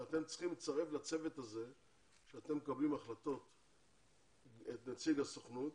שאתם צריכים לצרף לצוות הזה כאשר אתם מקבלים החלטות את נציג הסוכנות